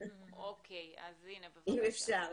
אוקי, אז בבקשה.